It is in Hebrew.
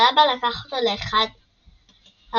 אבל אבא לקח אותו לאחד האוהלים,